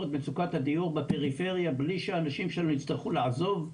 את מצוקת הדיור בפריפריה בלי שהאנשים שלנו יצטרכו לעזוב,